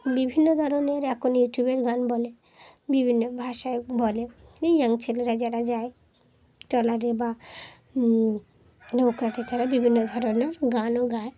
বিভিন্ন ধরনের এখন ইউটিউবের গান বলে বিভিন্ন ভাষায় বলে ইয়াং ছেলেরা যারা যায় ট্রলারে বা নৌকাতে তারা বিভিন্ন ধরনের গানও গায়